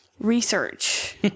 Research